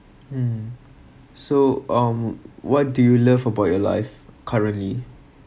mm so um what do you love about your life currently